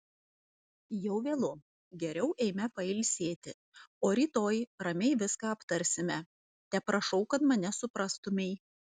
jau vėlu geriau eime pailsėti o rytoj ramiai viską aptarsime teprašau kad mane suprastumei